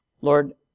Lord